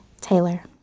Taylor